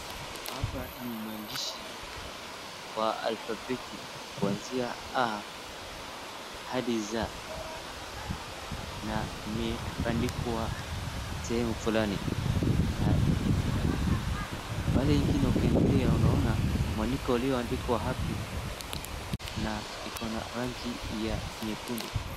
haya ni maadishi ya alfabeti kuanzia A hadi Za na imeandikwa sehemu fulani na pande ingine ukiangalia unaona mwandiko ulioandikwa happy na ikona rangi ya nyekundu